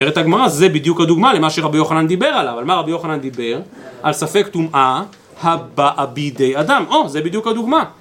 ערת הגמרא זה בדיוק הדוגמה למה שרבי יוחנן דיבר עליו, על מה רבי יוחנן דיבר על ספק טומאה הבעה בידי אדם, זה בדיוק הדוגמה